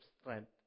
strength